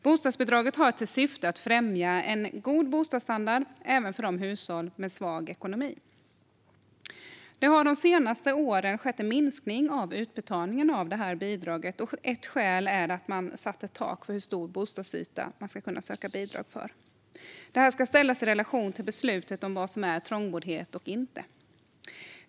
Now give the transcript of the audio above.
Bostadsbidraget har till syfte att främja en god bostadsstandard även för hushåll med svag ekonomi. Det har de senaste åren skett en minskning av utbetalning av detta bidrag. Ett skäl är att man satt ett tak för hur stor bostadsyta man ska kunna söka bidrag för. Det ska ställas i relation till beslutet om vad som är trångboddhet och inte.